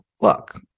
look